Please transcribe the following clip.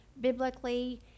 biblically